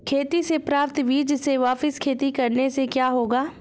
खेती से प्राप्त बीज से वापिस खेती करने से क्या होगा?